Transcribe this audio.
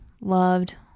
loved